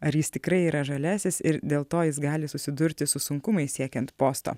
ar jis tikrai yra žaliasis ir dėl to jis gali susidurti su sunkumais siekiant posto